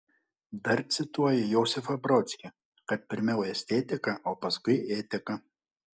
dar cituoji josifą brodskį kad pirmiau estetika o paskui etika